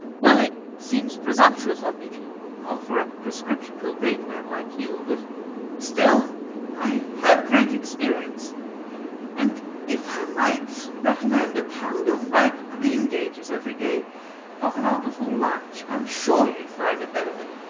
well, it seems presumptuous of me to offer a prescription to a great man like you but still i have great experience and if i might recommend a pound of ripe greengages every day half an hour before lunch, i'm sure youd find a benefit.